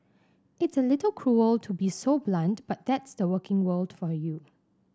it's a little cruel to be so blunt but that's the working world for you